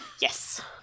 Yes